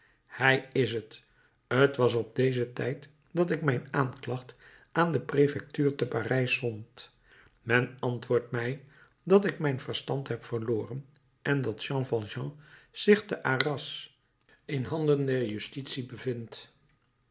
hij is t t was op dezen tijd dat ik mijn aanklacht aan de prefectuur te parijs zond men antwoordt mij dat ik mijn verstand heb verloren en dat jean valjean zich te arras in handen der justitie bevindt